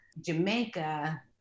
Jamaica